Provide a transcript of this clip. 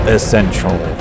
Essential